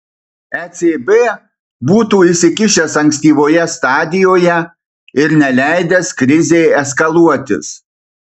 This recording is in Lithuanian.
ecb būtų įsikišęs ankstyvoje stadijoje ir neleidęs krizei eskaluotis